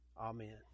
Amen